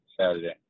Saturday